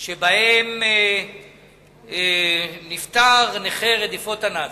שבהם נפטר נכה רדיפות הנאצים,